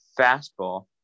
fastball